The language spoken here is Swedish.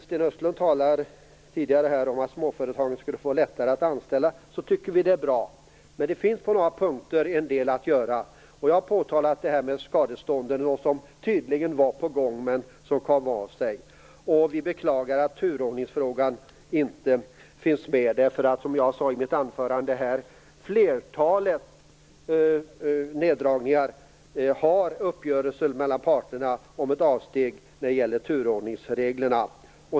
Sten Östlund talade tidigare om att småföretagen skulle få lättare att anställa. Det tycker vi är bra, men det finns på några punkter en del att göra. Jag har påtalat skadestånden, som tydligen var på gång men som kom av sig. Vi beklagar att turordningsfrågan inte finns med, därför att, som jag sade i mitt anförande, vid flertalet neddragningar finns det uppgörelser mellan parterna om ett avsteg när det gäller turordningsreglerna.